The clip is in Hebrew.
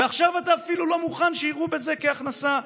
ועכשיו אתה אפילו לא מוכן שייראו בזה כהכנסה,